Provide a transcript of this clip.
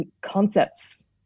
concepts